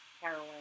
heroin